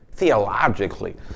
theologically